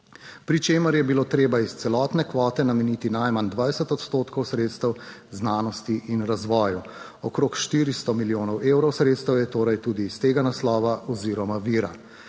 pri čemer je bilo treba iz celotne kvote nameniti najmanj 20 odstotkov sredstev znanosti in razvoju. Okrog 400 milijonov evrov sredstev je torej tudi iz tega naslova oziroma vira.